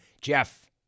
Jeff